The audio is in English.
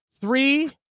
three